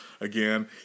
again